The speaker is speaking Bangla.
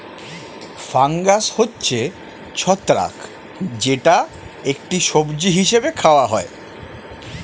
ফাঙ্গাস হচ্ছে ছত্রাক যেটা একটি সবজি হিসেবে খাওয়া হয়